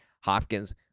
Hopkins